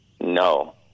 No